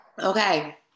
Okay